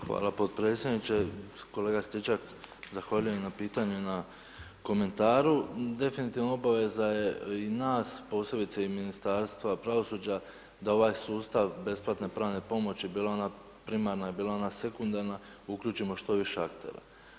Hvala podpredsjedniče, kolega Stričak zahvaljujem na pitanju i na komentaru, definitivno obaveza je i nas posebice i Ministarstva pravosuđa da ovaj sustava besplatne pravne pomoći bila ona primarna i bila ona sekundarna uključimo što više aktera.